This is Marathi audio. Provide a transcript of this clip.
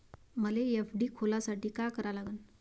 मले एफ.डी खोलासाठी मले का करा लागन?